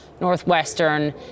Northwestern